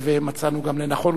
ומצאנו גם לנכון,